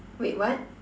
wait what